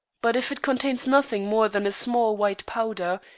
but if it contains nothing more than a small white powder,